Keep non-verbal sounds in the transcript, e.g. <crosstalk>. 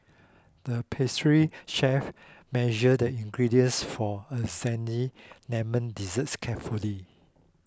the pastry chef measured the ingredients for a <unintelligible> lemon desserts carefully